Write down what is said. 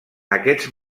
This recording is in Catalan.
aquests